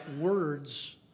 words